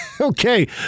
Okay